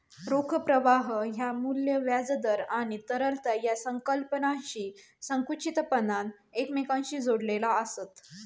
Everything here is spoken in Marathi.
रोख प्रवाह ह्या मू्ल्य, व्याज दर आणि तरलता या संकल्पनांशी संकुचितपणान एकमेकांशी जोडलेला आसत